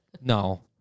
no